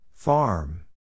Farm